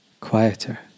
quieter